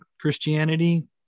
Christianity